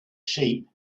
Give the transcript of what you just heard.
sheep